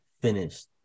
finished